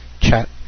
chat